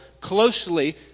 closely